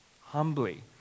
humbly